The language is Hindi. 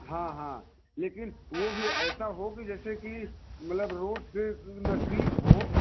हाँ हाँ लेकिन वो भी ऐसा हो कि मतलब जैसे कि मतलब रोड से नज़दीक हो